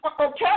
Okay